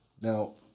Now